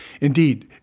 Indeed